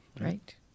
Right